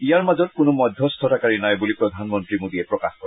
ইয়াৰ মাজত কোনো মধ্যস্থতাকাৰী নাই বুলি প্ৰধানমন্ত্ৰী মোদীয়ে প্ৰকাশ কৰে